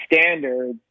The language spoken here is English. standard